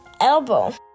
elbow